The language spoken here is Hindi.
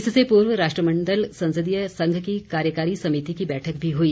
इससे पूर्व राष्ट्रमंडल संसदीय संघ की कार्यकारी समिति की बैठक भी हुई